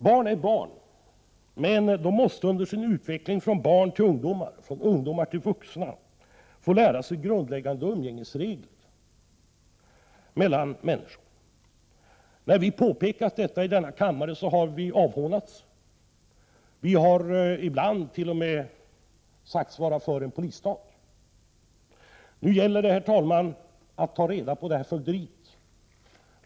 Barn är barn, men de måste under sin utveckling från barn till ungdomar och från ungdomar till vuxna få lära sig grundläggande regler för umgänget mellan människor. När vi påpekat detta i denna kammare har vi avhånats. Vi har i bland t.o.m. sagts vara för en polisstat. Nu gäller det, herr talman, att få ordning på detta fögderi.